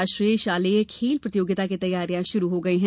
राष्ट्रीय शालेय खेल प्रतियोगिता की तैयारियाँ शुरु हो गई हैं